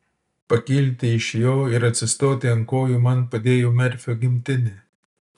pakilti iš jo ir atsistoti ant kojų man padėjo merfio gimtinė